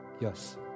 Yes